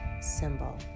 symbol